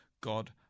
God